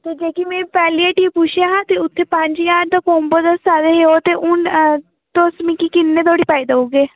ते जेह्की में पैह्ली हट्टी पुच्छेआ हा ते उत्थै पंज ज्हार दा कोम्बो दस्सा दे हे ओह् ते हून तुस मिगी किन्ने धोड़ी पाई देई ओड़गे